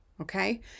okay